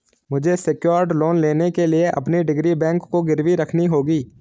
मुझे secured loan लेने के लिए अपनी डिग्री बैंक को गिरवी रखनी होगी